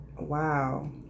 Wow